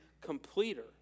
completer